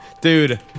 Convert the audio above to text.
Dude